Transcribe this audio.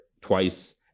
twice